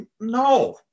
No